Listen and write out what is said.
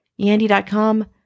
Yandy.com